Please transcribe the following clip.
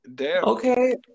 okay